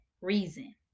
reason